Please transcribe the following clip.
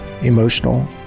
emotional